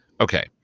Okay